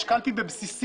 יש קלפי בבסיסים.